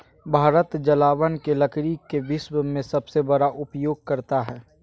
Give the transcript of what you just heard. भारत जलावन के लकड़ी के विश्व में सबसे बड़ा उपयोगकर्ता हइ